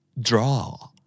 draw